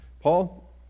Paul